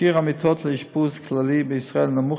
שיעור המיטות לאשפוז כללי בישראל נמוך